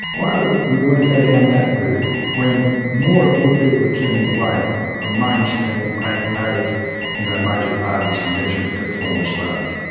why would we want to go down that route when more and more people are turning away from mainstream pragmatic you know major parties, conventional, conformist parties?